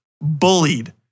bullied